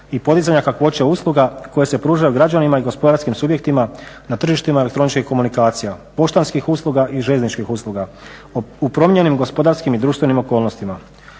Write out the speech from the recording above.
i podizanja kakvoće usluga koje se pružaju građanima i gospodarskim subjektima na tržištima elektroničkih komunikacija, poštanskih usluga i željezničkih usluga u promijenjenim gospodarskim i društvenim okolnostima.